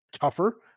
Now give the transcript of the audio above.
tougher